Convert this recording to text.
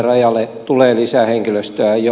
rajalle tulee lisää henkilöstöä jo